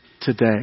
today